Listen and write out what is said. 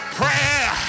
prayer